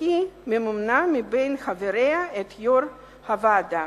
והיא ממנה מבין חבריה את יושב-ראש הוועדה.